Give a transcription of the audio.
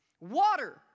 water